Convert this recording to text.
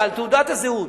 אלא על תעודת הזהות,